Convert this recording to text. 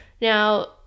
now